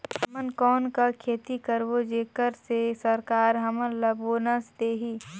हमन कौन का खेती करबो जेकर से सरकार हमन ला बोनस देही?